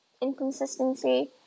inconsistency